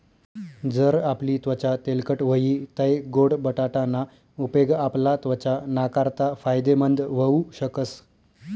जर आपली त्वचा तेलकट व्हयी तै गोड बटाटा ना उपेग आपला त्वचा नाकारता फायदेमंद व्हऊ शकस